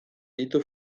ditu